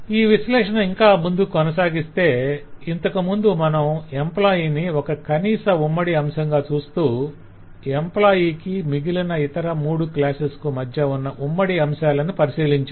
ఈ విశ్లేషణ ఇంకా ముందుకు కొనసాగిస్తే ఇంతకుముందు మనం ఎంప్లాయ్ ని ఒక కనీస ఉమ్మడి అంశంగా చూస్తూ ఎంప్లాయ్ కి మిగిలిన ఇతర మూడు క్లాసెస్ కు మధ్య ఉన్న ఉమ్మడి అంశాలను పరిశీలించాం